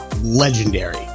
legendary